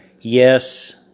Yes